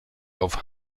auf